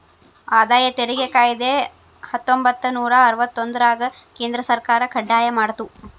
ಆದಾಯ ತೆರಿಗೆ ಕಾಯ್ದೆ ಹತ್ತೊಂಬತ್ತನೂರ ಅರವತ್ತೊಂದ್ರರಾಗ ಕೇಂದ್ರ ಸರ್ಕಾರ ಕಡ್ಡಾಯ ಮಾಡ್ತು